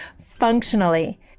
functionally